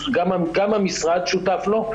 גם המשרד שותף לו,